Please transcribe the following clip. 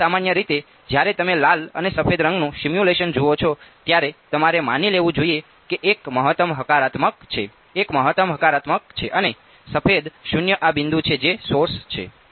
તેથી સામાન્ય રીતે જ્યારે તમે લાલ અને સફેદ રંગનું સિમ્યુલેશન જુઓ છો ત્યારે તમારે માની લેવું જોઈએ કે એક મહત્તમ હકારાત્મક છે એક મહત્તમ નકારાત્મક છે અને સફેદ 0 આ બિંદુ છે જે સોર્સ છે